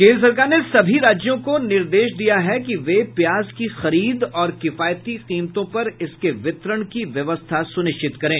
केन्द्र सरकार ने सभी राज्यों को निर्देश दिया है कि वे प्याज की खरीद और किफायती कीमतों पर उसके वितरण की व्यवस्था सुनिश्चित करें